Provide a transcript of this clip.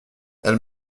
elle